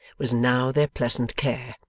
was now their pleasant care.